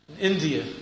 India